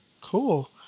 cool